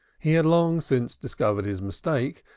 he had long since discovered his mistake,